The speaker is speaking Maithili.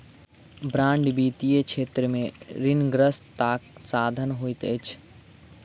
बांड वित्तीय क्षेत्र में ऋणग्रस्तताक साधन होइत अछि